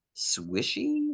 swishy